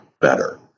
better